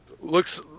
looks